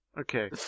Okay